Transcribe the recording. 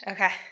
Okay